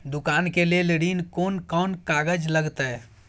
दुकान के लेल ऋण कोन कौन कागज लगतै?